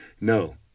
No